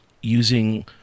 using